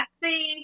see